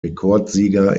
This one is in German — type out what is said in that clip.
rekordsieger